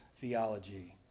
theology